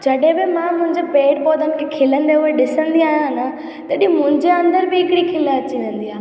जॾहिं बि मां मुंहिंजे पेड़ पौधनि खे खिलंदे उहे ॾिसंदी आहियां न तॾहिं मुंहिंजे अंदरि बि हिकिड़ी खिल अची वेंदी आहे